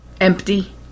empty